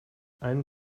einen